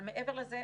אבל מעבר לזה,